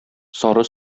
сары